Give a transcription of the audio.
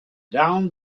down